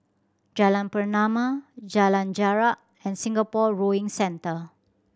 Jalan Pernama Jalan Jarak and Singapore Rowing Centre